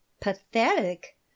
Pathetic